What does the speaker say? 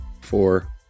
four